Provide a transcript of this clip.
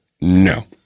No